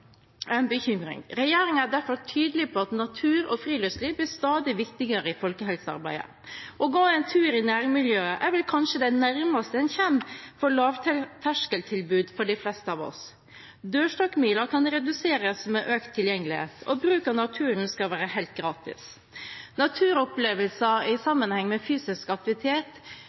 er derfor tydelig på at natur og friluftsliv blir stadig viktigere i folkehelsearbeidet. Å gå en tur i nærmiljøet er vel kanskje det nærmeste en kommer et lavterskeltilbud for de fleste av oss. Dørstokkmila kan reduseres med økt tilgjengelighet, og bruk av naturen skal være helt gratis. Naturopplevelser i sammenheng med fysisk aktivitet